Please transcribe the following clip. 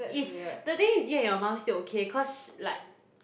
is the thing is you and your mum still okay cause like